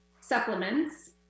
supplements